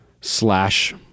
slash